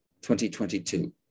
2022